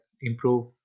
improve